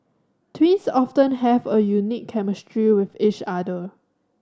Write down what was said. twins often have a unique chemistry with each other